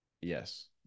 Yes